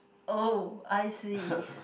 oh I see